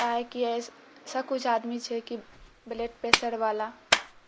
काहेकि ऐसा कुछ आदमी छै कि ब्लडप्रेसरवला